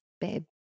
Babe